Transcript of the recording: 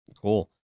Cool